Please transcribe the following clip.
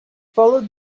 followed